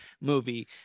movie